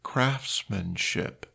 Craftsmanship